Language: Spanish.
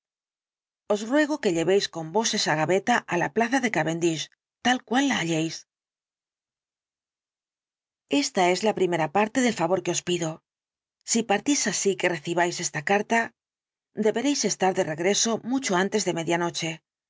os ruego que llevéis con vos esa gaveta á la plaza de cavendish tal cual la halléis esta es la primera parte del favor que os pido si partís así que recibáis esta carta deberéis estar de regreso mucho antes de